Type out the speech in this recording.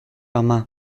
ama